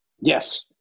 Yes